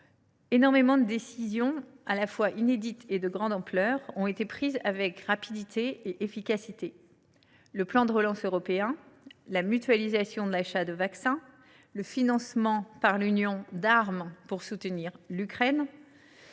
énormément de décisions qui sont à la fois inédites et de grande ampleur ont été prises avec rapidité et efficacité : plan de relance européen ; mutualisation de l’achat de vaccins ; financement par l’Union de l’achat d’armes pour soutenir l’Ukraine.